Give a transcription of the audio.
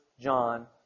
John